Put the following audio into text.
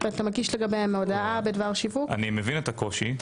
אני מבין את הקושי.